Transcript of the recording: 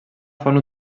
font